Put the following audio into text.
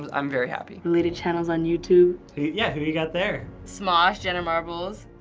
um i'm very happy. related channels on youtube. yeah, who you got there? smosh, jenna marbles,